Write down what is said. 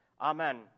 Amen